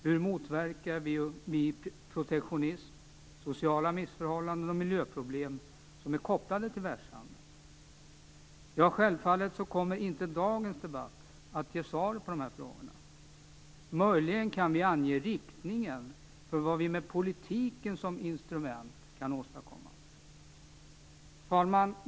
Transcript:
Hur motverkar vi protektionism, sociala missförhållanden och miljöproblem som är kopplade till världshandeln? Självfallet kommer inte dagens debatt att ge svar på dessa frågor. Möjligen kan vi ange riktningen för vad vi med politiken som instrument kan åstadkomma. Herr talman!